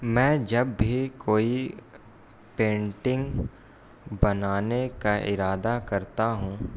میں جب بھی کوئی پینٹنگ بنانے کا ارادہ کرتا ہوں